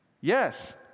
Yes